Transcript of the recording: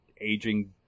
aging